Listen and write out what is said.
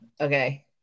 okay